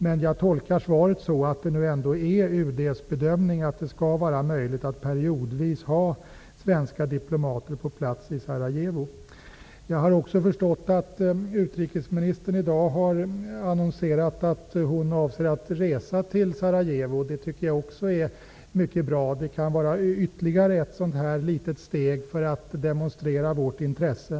Men jag tolkar svaret som att det ändå är UD:s bedömning att det skall vara möjligt att periodvis ha svenska diplomater på plats i Jag har också förstått att utrikesministern i dag har annonserat att hon avser att resa till Sarajevo. Det tycker jag också är mycket bra. Det kan vara ytterligare ett litet steg för att demonstrera vårt intresse.